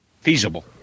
feasible